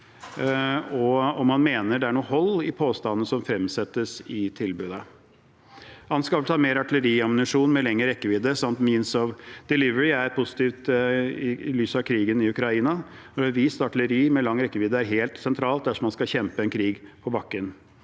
og om han mener det er noe hold i påstandene som fremsettes i tilbudet. Anskaffelse av mer artilleriammunisjon med lengre rekkevidde samt «means of delivery» er positivt i lys av krigen i Ukraina. Den har vist at artilleri med lang rekkevidde er helt sentralt dersom man skal kjempe en krig